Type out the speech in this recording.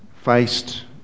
faced